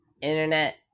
Internet